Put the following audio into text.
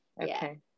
okay